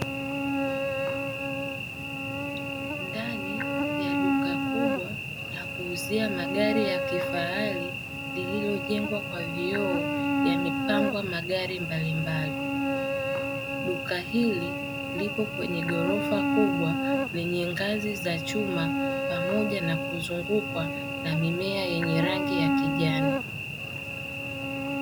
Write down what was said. Ndani ya duka kubwa la kuuzia magari ya kifahari lililojengwa kwa vioo yamepangwa magari mbalimbali duka hili lipo kwenye ghorofa kubwa lenye ngazi za chuma pamoja na kuzungukwa na mimea yenye rangi ya kijani.